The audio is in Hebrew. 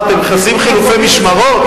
מה, אתם עושים חילופי משמרות?